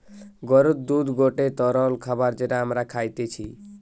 গরুর দুধ গটে তরল খাবার যেটা আমরা খাইতিছে